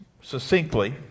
succinctly